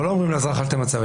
אנחנו לא אומרים לאזרח שלא ימצה.